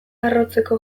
arrotzeko